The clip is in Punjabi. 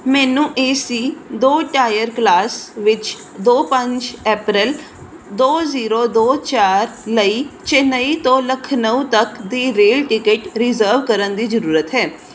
ਮੈਨੂੰ ਏ ਸੀ ਦੋ ਟਾਇਰ ਕਲਾਸ ਵਿੱਚ ਦੋ ਪੰਜ ਅਪ੍ਰੈਲ ਦੋ ਜ਼ੀਰੋ ਦੋ ਚਾਰ ਲਈ ਚੇਨਈ ਤੋਂ ਲਖਨਊ ਤੱਕ ਦੀ ਰੇਲ ਟਿਕਟ ਰਿਜ਼ਰਵ ਕਰਨ ਦੀ ਜ਼ਰੂਰਤ ਹੈ